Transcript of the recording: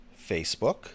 Facebook